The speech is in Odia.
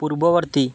ପୂର୍ବବର୍ତ୍ତୀ